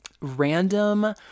random